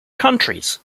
countries